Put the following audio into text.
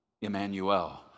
Emmanuel